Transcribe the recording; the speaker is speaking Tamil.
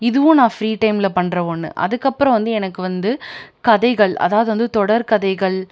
இதுவும் ஃப்ரீ டைமில் பண்ணுற ஒன்று அதுக்கப்புறம் வந்து எனக்கு வந்து கதைகள் அதாவது வந்து தொடர்கதைகள்